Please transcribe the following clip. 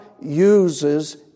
uses